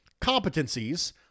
competencies